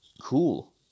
cool